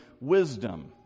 wisdom